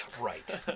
right